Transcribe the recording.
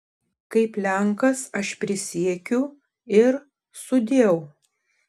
kaip lenkas aš prisiekiu ir sudieu